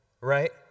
right